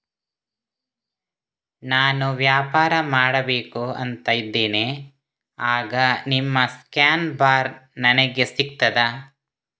ನಾನು ವ್ಯಾಪಾರ ಮಾಡಬೇಕು ಅಂತ ಇದ್ದೇನೆ, ಆಗ ನಿಮ್ಮ ಸ್ಕ್ಯಾನ್ ಬಾರ್ ನನಗೆ ಸಿಗ್ತದಾ?